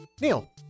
Neil